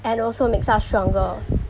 and also makes us stronger